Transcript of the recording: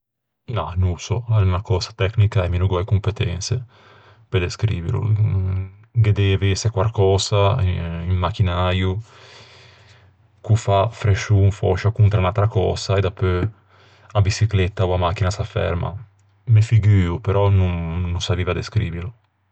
Na, no ô sò tecnica e mi no gh'ò e competense pe descrivilo. Ghe dev'ëse quarcösa, un machinäio ch'o fa frescion, fòscia, contra unn'atra cösa e dapeu a biçicletta ò a machina s'afferman. Me figuo, però no no savieiva descrivilo.